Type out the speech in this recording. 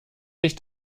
nicht